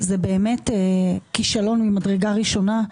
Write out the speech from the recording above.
זה באמת כישלון ממדרגה ראשונה.